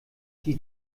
die